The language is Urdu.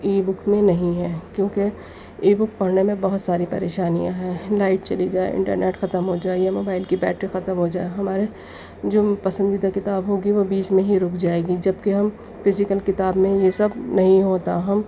ای بک میں نہیں ہیں کیونکہ ای بک پڑھنے میں بہت ساری پریشانیاں ہیں لائٹ چلی جائے انٹرنیٹ ختم ہو جائے یا موبائل کی بیٹری ختم ہو جائے ہمارے جو پسندیدہ کتاب ہوگی وہ بیچ میں ہی رک جائے گی جبکہ ہم فزیکل کتاب میں یہ سب نہیں ہوتا ہم